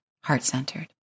heart-centered